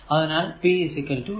അതിനാൽ pv